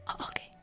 Okay